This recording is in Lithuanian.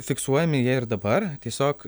fiksuojami jie ir dabar tiesiog